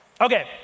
Okay